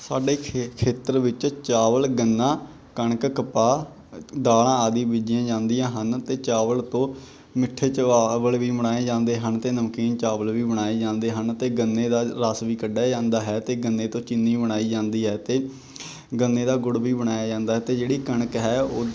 ਸਾਡੇ ਖੇ ਖੇਤਰ ਵਿੱਚ ਚਾਵਲ ਗੰਨਾ ਕਣਕ ਕਪਾਹ ਦਾਲਾਂ ਆਦਿ ਬੀਜੀਆਂ ਜਾਂਦੀਆਂ ਹਨ ਅਤੇ ਚਾਵਲ ਤੋਂ ਮਿੱਠੇ ਚੁਆਵਲ ਵੀ ਬਣਾਏ ਜਾਂਦੇ ਹਨ ਅਤੇ ਨਮਕੀਨ ਚਾਵਲ ਵੀ ਬਣਾਏ ਜਾਂਦੇ ਹਨ ਅਤੇ ਗੰਨੇ ਦਾ ਰਸ ਵੀ ਕੱਢਿਆ ਜਾਂਦਾ ਹੈ ਅਤੇ ਗੰਨੇ ਤੋਂ ਚੀਨੀ ਬਣਾਈ ਜਾਂਦੀ ਹੈ ਅਤੇ ਗੰਨੇ ਦਾ ਗੁੜ ਵੀ ਬਣਾਇਆ ਜਾਂਦਾ ਅਤੇ ਜਿਹੜੀ ਕਣਕ ਹੈ ਉਹ